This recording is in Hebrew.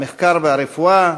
המחקר והרפואה,